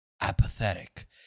apathetic